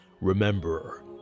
remember